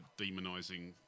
demonising